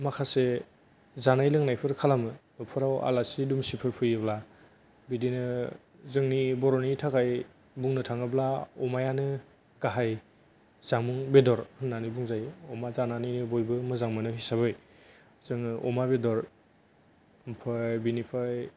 माखासे जानाय लोंनायफोर खालामो न'खराव आलासि दुलासिफोर फैयोब्ला बिदिनो जोंनि बर'नि थाखाय बुंनो थाङोब्ला अमायानो गाहाइ जामुं बेदर होननानै बुंजायो अमा जानानै बयबो मोजां मोनो हिसाबै जोङो अमा बेदर ओमफ्राय बेनिफ्राय